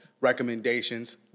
recommendations